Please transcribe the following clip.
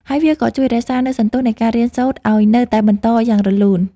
ហើយវាក៏ជួយរក្សានូវសន្ទុះនៃការរៀនសូត្រឱ្យនៅតែបន្តយ៉ាងរលូន។